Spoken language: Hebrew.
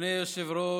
אדוני היושב-ראש,